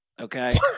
Okay